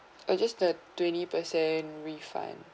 oh just the twenty percent refund